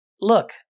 look